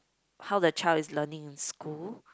how the child is learning in school